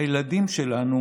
הילדים שלנו